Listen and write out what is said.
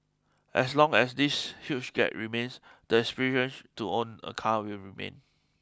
as long as this huge gap remains the to own a car will remain